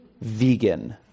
vegan